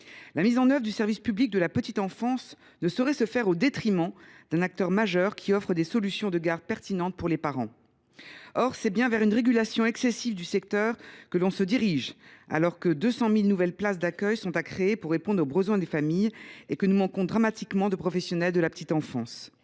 déploiement du service public de la petite enfance ne saurait se faire au détriment de ces acteurs majeurs qui offrent des solutions de garde pertinentes pour les parents. Or c’est bien vers une régulation excessive du secteur que l’on se dirige, alors qu’il faut créer 200 000 nouvelles places d’accueil pour répondre aux besoins des familles et que nous manquons dramatiquement de professionnels de la petite enfance.